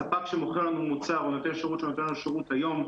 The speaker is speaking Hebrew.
ספק שמוכר לנו מוצר או נותן לנו שירות היום,